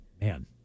Man